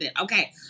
okay